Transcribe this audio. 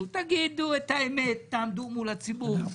ויכולים להיות מצבים שבהם הרוב בכנסת,